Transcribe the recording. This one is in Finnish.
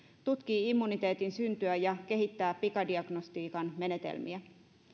tutkii immuniteetin syntyä ja kehittää pikadiagnostiikan menetelmiä